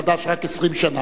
רק 20 שנה פה,